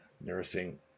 Nursing